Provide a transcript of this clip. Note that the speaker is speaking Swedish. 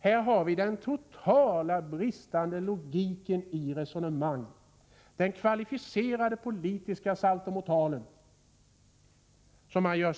Här är en total brist på logik i resonemanget. Det är en kvalificerad politisk saltomortal man gör.